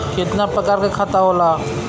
कितना प्रकार के खाता होला?